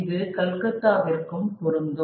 இது கல்கத்தாவிற்கும் பொருந்தும்